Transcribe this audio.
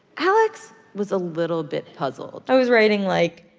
alex was a little bit puzzled i was writing, like,